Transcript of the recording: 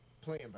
playing